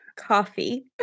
coffee